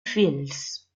fills